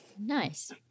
Nice